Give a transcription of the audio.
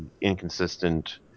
inconsistent